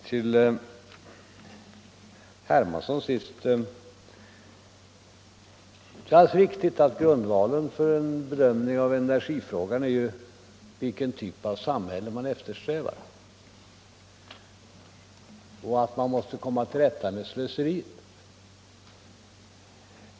Herr talman! Det är alldeles riktigt, herr Hermansson, att grundvalen för en bedömning av energifrågan är vilken typ av samhälle som vi eftersträvar, och vi måste också komma till rätta med slöseriet.